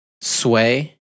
sway